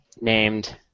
named